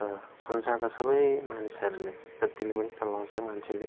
र संसारका सबै मानिसहरूले जतिले पनि चलाउँछ मान्छेले